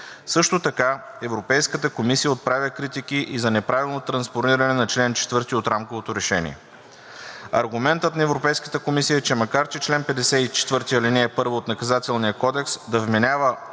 Също така Европейската комисия отправя критики и за неправилно транспониране на чл. 4 от Рамковото решение. Аргументът на Европейската комисия е, че макар чл. 54, ал. 1 от Наказателния кодекс да вменява